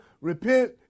repent